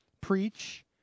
preach